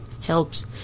helps